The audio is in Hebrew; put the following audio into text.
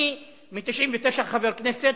אני מ-1999 חבר כנסת,